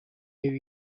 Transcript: new